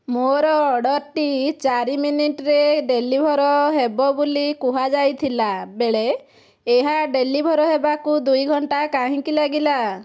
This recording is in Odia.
ମୋର ଅର୍ଡ଼ର୍ଟି ଚାରି ମିନିଟ୍ରେ ଡେଲିଭର୍ ହେବ ବୋଲି କୁହାଯାଇଥିଲା ବେଳେ ଏହା ଡେଲିଭର୍ ହେବାକୁ ଦୁଇ ଘଣ୍ଟା କାହିଁକି ଲାଗିଲା